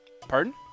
Pardon